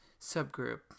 subgroup